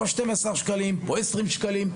פה 12 שקלים ופה 20 שקלים.